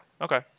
okay